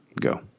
Go